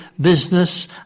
business